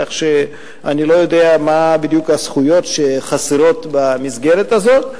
כך שאני לא יודע מה בדיוק הזכויות שחסרות במסגרת הזאת.